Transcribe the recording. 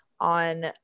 on